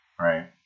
Right